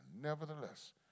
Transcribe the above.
nevertheless